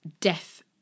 death